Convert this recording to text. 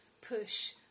push